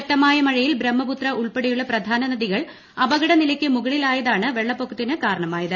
ശക്തമായ മഴയിൽ ബ്രഹ്മപുത്ര ഉൾപ്പ്പെടെയ്ുള്ള പ്രധാന നദികൾ അപകടനിലയ്ക്ക് മുകളിലായ്ക്യാണ് വെള്ളപ്പൊക്കത്തിന് കാരണമായത്